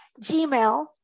Gmail